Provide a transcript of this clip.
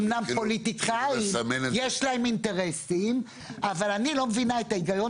אמנם לפוליטיקאים יש אינטרסים אבל אני לא מבינה את ההיגיון